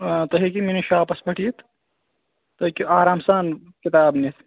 آ تُہۍ ہیٚکِو میٛٲنِس شاپَس پیٚٹھ یِتھ تُہۍ ہیٚکِو آرام سان کِتاب نِتھ